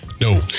No